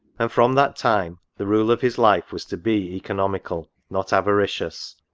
and from that time the rule of his life was to be ceconomical, not avaricious.